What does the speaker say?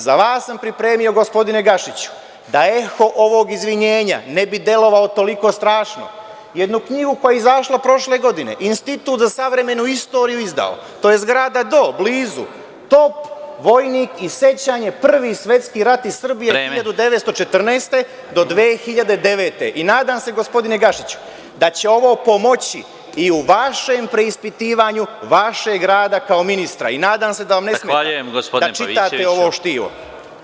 Za vas sam pripremio, gospodine Gašiću, da eho ovog izvinjenja ne bi delovao toliko strašno, jednu knjigu koja je izašla prošle godine, izdao je Institut za savremenu istoriju, to je zgrada do, blizu, „Top, vojnik i sećanje, Prvi svetski rat i Srbija 2014. do 2009. godine“ i nadam se, gospodine Gašiću, da će ovo pomoći i u vašem preispitivanju vašeg rada kao ministra i nadam se da vam ne smeta da čitate ovo štivo.